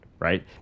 Right